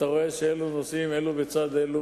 אתה רואה שנוסעים אלו בצד אלו.